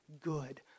good